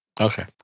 Okay